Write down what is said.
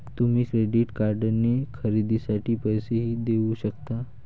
तुम्ही क्रेडिट कार्डने खरेदीसाठी पैसेही देऊ शकता